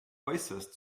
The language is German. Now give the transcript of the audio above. äußerst